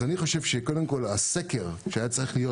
אני חושב שקודם כל הסקר שהיה צריך להיות,